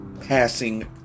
passing